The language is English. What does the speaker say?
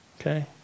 Okay